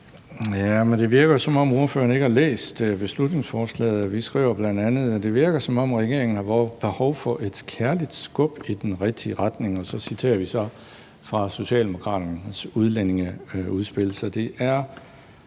det virker jo, som om ordføreren ikke har læst beslutningsforslaget. Vi skriver jo bl.a., at det virker, som om regeringen har behov for et kærligt skub i den rigtige retning, og vi citerer så fra Socialdemokraternes udlændingeudspil.